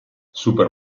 super